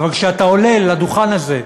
אבל כשאתה עולה לדוכן הזה,